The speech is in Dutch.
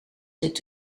zit